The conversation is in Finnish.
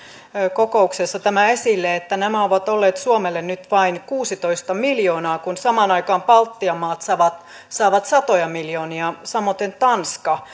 kokouksessa tämä esille että nämä ovat olleet suomelle nyt vain kuusitoista miljoonaa kun samaan aikaan baltian maat saavat saavat satoja miljoonia samoiten tanska